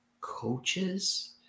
coaches